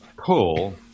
Pull